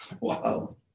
Wow